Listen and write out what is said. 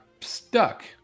stuck